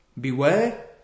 Beware